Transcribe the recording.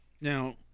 Now